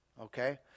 okay